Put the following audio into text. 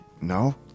No